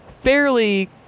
fairly